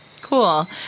cool